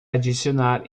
adicionar